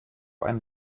einen